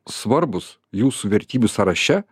svarbūs jūsų vertybių sąraše